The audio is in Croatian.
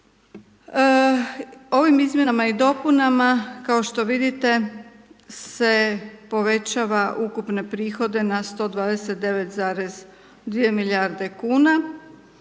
Ovim izmjenama i dopunama kao što vidite se povećava ukupne prihode na 129,2 milijarde kuna